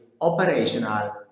operational